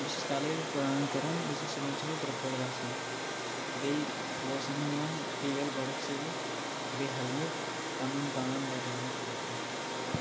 بہٕ چھُس کالٕے پٕلان کران زِ صُبحَن چھُ مےٚ ٹِرٛپ پٮ۪ٹھ گژھُن بیٚیہِ تور چھُس بہٕ نِوان تیل گۄڈَے سۭتۍ بیٚیہِ ہٮ۪لمِٹ پنُن پان بچاونہٕ خٲطرٕ